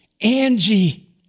Angie